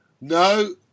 No